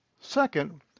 Second